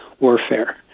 warfare